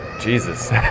Jesus